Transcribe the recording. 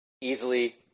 Easily